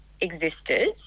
existed